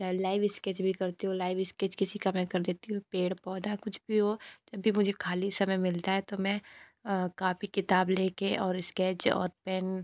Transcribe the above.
चाहे live sketch भी करती हूँ लाइव स्केच किसी का मैं कर देती हूँ पेड़ पौधा कुछ भी हो जब भी मुझे खाली समय मिलता है तो मैं कापी किताब लेके और स्कैच और पैन